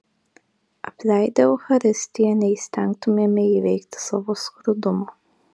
apleidę eucharistiją neįstengtumėme įveikti savo skurdumo